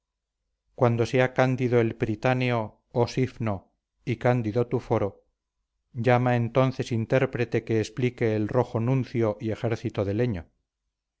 cuando sea cándido el pritáneo oh sifno y cándido tu foro llama entonces intérprete que explique el rojo nuncio y ejército de leño